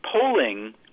polling